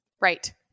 right